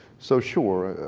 so sure,